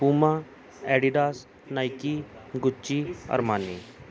puma Adidas Nike gucci armani